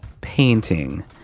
painting